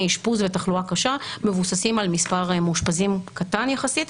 אשפוז ותחלואה קשה מבוססים על מספר מאושפזים קטן יחסית,